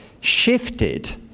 shifted